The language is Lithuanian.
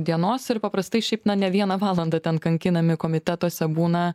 dienos ir paprastai šiaip na ne vieną valandą ten kankinami komitetuose būna